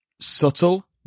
subtle